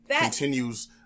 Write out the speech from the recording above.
continues